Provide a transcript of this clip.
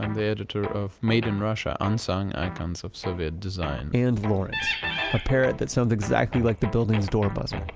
and the editor of made in russia unsung icons of soviet design. and lawrence. a parrot that sounds exactly like the building's door buzzer.